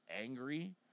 angry